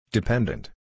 Dependent